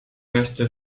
möchte